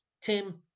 Tim